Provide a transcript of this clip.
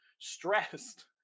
stressed